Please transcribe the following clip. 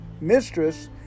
mistress